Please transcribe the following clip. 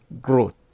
growth